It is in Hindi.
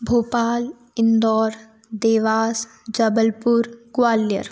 भोपाल इंदौर देवास जबलपुर ग्वालियर